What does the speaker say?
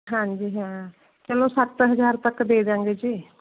ਹਾਂਜੀ ਹਾਂ ਚਲੋ ਸੱਤ ਹਜਾਰ ਤੱਕ ਦੇ ਦਾਂਗੇ ਜੀ